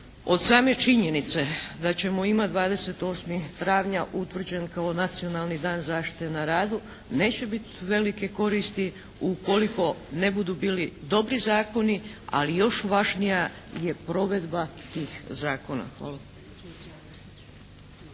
od same činjenice da ćemo imati 28. travnja utvrđen kao Nacionalni dan zaštite na radu neće biti velike koristi ukoliko ne budu bili dobro zakoni, ali i još važnija je provedba tih zakona. Hvala.